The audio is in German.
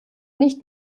nicht